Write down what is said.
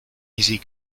easy